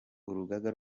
urugaga